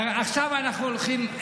עכשיו אנחנו הולכים,